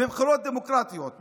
בבחירות דמוקרטיות.